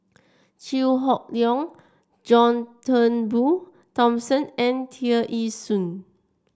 Chew Hock Leong John Turnbull Thomson and Tear Ee Soon